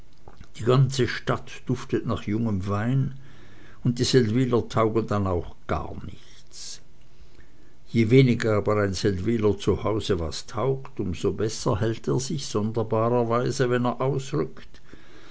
die ganze stadt duftet nach jungem wein und die seldwyler taugen dann auch gar nichts je weniger aber ein seldwyler zu hause was taugt um so besser hält er sich sonderbarerweise wenn er ausrückt